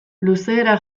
luzera